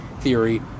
theory